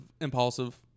Impulsive